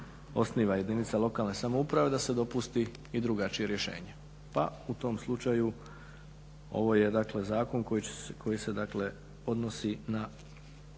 osniva jedinica lokalne samouprave da se dopusti i drugačije rješenje. Pa u tom slučaju ovo je dakle izlaganje koji se odnosi na